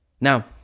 Now